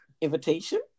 invitation